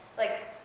like,